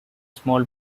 small